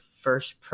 first